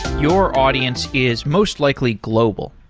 your audience is most likely global.